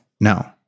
no